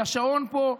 כי השעון פה,